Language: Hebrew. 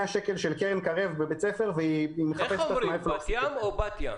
שקל של קרן קרב בבית ספר והיא מחפשת מאיפה להשיג.